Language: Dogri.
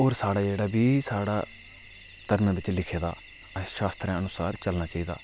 होर साढ़ा जेह्ड़ा बी साढ़ा धर्म बिच लिखे दा असें शास्त्रें अनुसार चलना चाहिदा